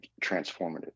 transformative